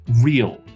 real